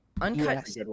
uncut